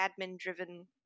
admin-driven